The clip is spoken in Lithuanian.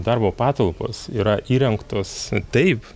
darbo patalpos yra įrengtos taip